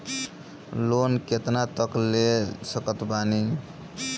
Loan कितना तक ले सकत बानी?